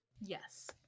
Yes